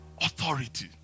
authority